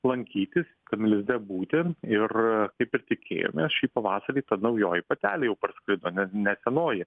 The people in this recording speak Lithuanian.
lankytis tame lizde būti ir kaip ir tikėjomės šį pavasarį ta naujoji patelė jau parskrido ne senoji